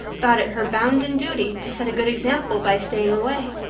thought it her bounden duty to set a good example by staying away.